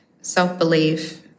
self-belief